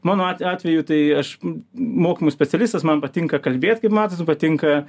mano at atveju tai aš mokymų specialistas man patinka kalbėt kaip matot patinka